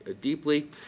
deeply